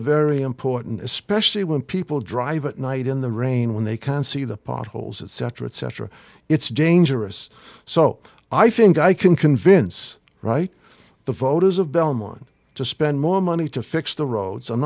very important especially when people drive at night in the rain when they can see the potholes etc etc it's dangerous so i think i can convince right the voters of delmon to spend more money to fix the roads i'm